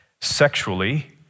sexually